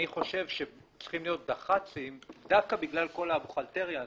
אני חושב שצריכים להיות דח"צים דווקא בגלל כל הבוכלטריה הזו.